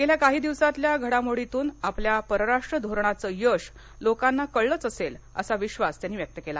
गेल्या काही दिवसांतल्या घडामोडींतून आपल्या परराष्ट्र धोरणाचं यश लोकांना कळलंच असेल असा विश्वास त्यांनी व्यक्त केला